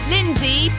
Lindsay